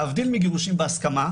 להבדיל מגירושין בהסכמה,